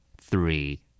Three